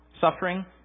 Suffering